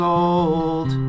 old